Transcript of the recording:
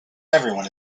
everyone